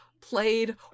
played